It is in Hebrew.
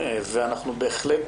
אנחנו בהחלט